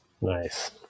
Nice